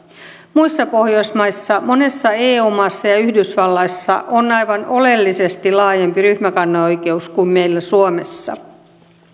muissa pohjoismaissa monessa eu maassa ja yhdysvalloissa on aivan oleellisesti laajempi ryhmäkanneoikeus kuin meillä suomessa